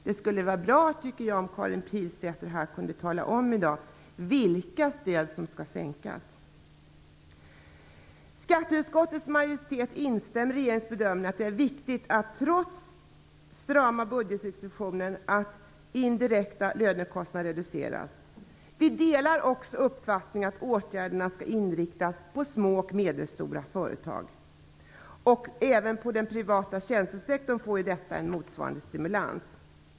Det skulle vara bra, tycker jag, om Karin Pilsäter kunde tala om i dag vilka stöd som skall sänkas. Skatteutskottets majoritet instämmer i regeringens bedömning att det är viktigt, trots strama budgetrestriktioner, att de indirekta lönekostnaderna reduceras. Vi delar också uppfattningen att åtgärderna skall inriktas på små och medelstora företag. Även inom den privata tjänstesektorn får detta en motsvarande stimulans.